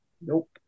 Nope